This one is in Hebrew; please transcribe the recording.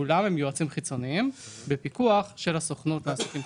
כולם הם יועצים חיצוניים בפיקוח של הסוכנות לעסקים קטנים.